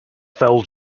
fell